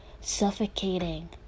suffocating